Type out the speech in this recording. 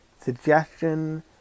suggestion